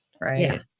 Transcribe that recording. Right